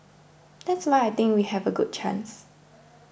that's why I think we have a good chance